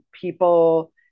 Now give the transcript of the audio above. people